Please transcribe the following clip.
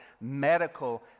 medical